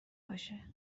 باشه